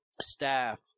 staff